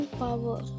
power